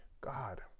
God